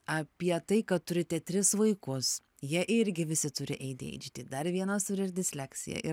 apie tai kad turite tris vaikus jie irgi visi turi ei dy eidž dy dar vienas turi ir disleksiją ir